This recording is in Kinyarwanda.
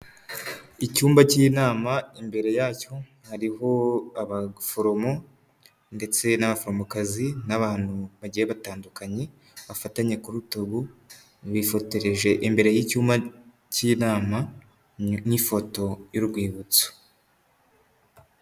Icyumba cy'inama imbere yacyo hariho abaforomo ndetse n'abaforomokazi n'abantu bagiye batandukanye bafatanye ku rutugu, bifotoreje imbere y'icyumba cy'inama n'ifoto y'urwibutso.